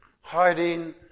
hiding